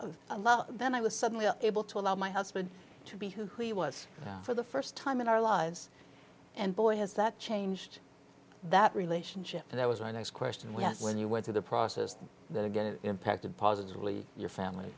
love then i was suddenly able to allow my husband to be who he was for the first time in our lives and boy has that changed that relationship and that was my next question was when you went through the process that again it impacted positively your family